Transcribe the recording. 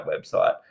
website